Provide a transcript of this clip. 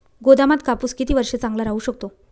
गोदामात कापूस किती वर्ष चांगला राहू शकतो?